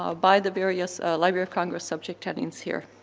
ah by the various library of congress subject headings here.